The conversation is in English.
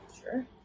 Sure